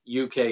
UK